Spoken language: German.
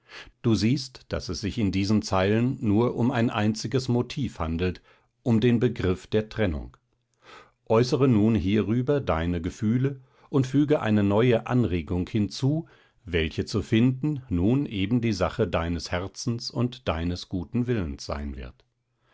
du siehst daß es sich in diesen zeilen nur um ein einziges motiv handelt um den begriff der trennung äußere nun hierüber deine gefühle und füge eine neue anregung hinzu welche zu finden nun eben die sache deines herzens und deines guten willens sein wird